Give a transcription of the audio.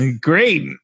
Great